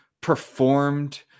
performed –